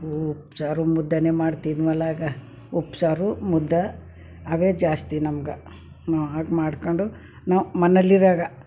ಉ ಉಪ್ಸಾರು ಮುದ್ದೇನೆ ಮಾಡ್ತಿದ್ದೆವಲ್ಲ ಆಗ ಉಪ್ಸಾರು ಮುದ್ದೆ ಅವೇ ಜಾಸ್ತಿ ನಮ್ಗೆ ನಾವದು ಮಾಡ್ಕೊಂಡು ನಾವು ಮನೆಲ್ಲಿರ್ವಾಗ